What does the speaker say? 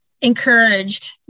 encouraged